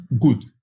good